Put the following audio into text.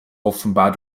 offenbar